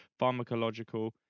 pharmacological